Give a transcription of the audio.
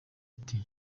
ati